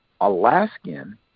Alaskan